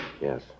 Yes